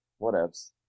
whatevs